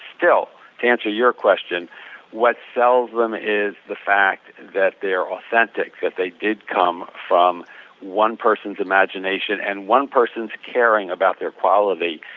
still to answer your question what sells them is the fact that they're authentic, that they did come from one person's imagination and one person's caring about their quality,